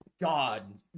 God